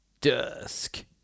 Dusk